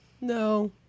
No